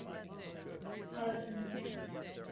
yes ma'am